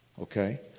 Okay